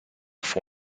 for